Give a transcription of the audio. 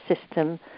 system